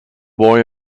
boy